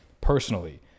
personally